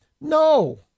No